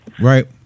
Right